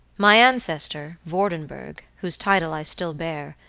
my ancestor, vordenburg, whose title i still bear,